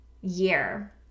year